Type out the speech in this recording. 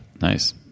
Nice